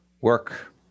work